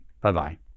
Bye-bye